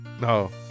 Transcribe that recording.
No